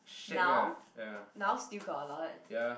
now now still got a lot